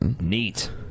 neat